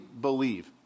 Believe